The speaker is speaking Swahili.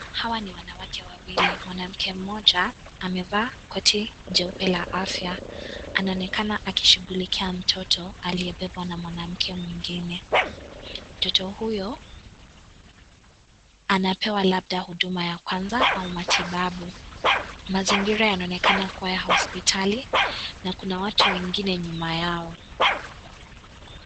Hawa ni wanawake wawili. Mwanamke mmoja amevaa koti jeupe la afya. Anaonekana akishughulikia mtoto aliepewa na mwana mke mwingine. Mtoto huyo anapewa labda huduma ya kwanza au matibabu. Mazingira yanonekana kuwa ya hospitali na kuna watu wengine nyuma yao.